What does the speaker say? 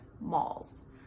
Malls